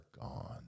gone